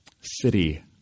city